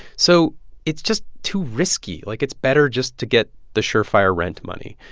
so it's just too risky. like, it's better just to get the surefire rent money.